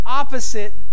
opposite